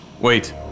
Wait